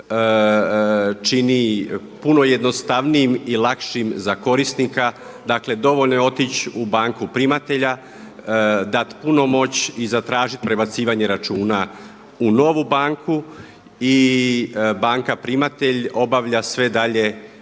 čini puno jednostavnijim i lakšim za korisnika. Dakle dovoljno je otići u banku primatelja, dati punomoć i zatražiti prebacivanje računa u novu banku i banka primatelj obavlja sve dalje